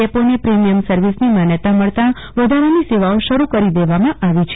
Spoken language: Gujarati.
ડેપોને પ્રિમિયમ સર્વિસની માન્યતા મળતા વધારાની સેવાઓ શરૂ કરી દેવામાં આવી છે